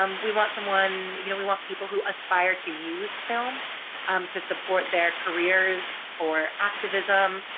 um we want someone you know we want people who aspire to use film to support their careers or activism.